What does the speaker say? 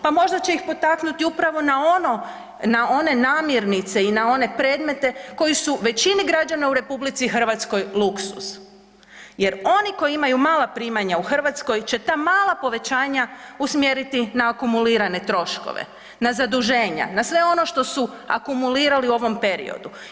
Pa možda će ih potaknuti upravo na one namirnice i na one predmete koji su većini građana u RH luksuz jer oni koji imaju mala primanja u Hrvatskoj će ta mala povećanja usmjeriti na akumulirane troškove, na zaduženja, na sve one na što su akumulirali u ovom periodu.